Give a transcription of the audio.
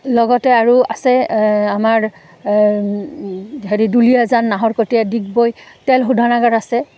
লগতে আৰু আছে আমাৰ হেৰি দুলীয়াজান নাহৰকটীয়া দিগবৈ তেল শোধনাগাৰ আছে